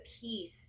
peace